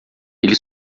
ele